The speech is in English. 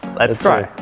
let's try!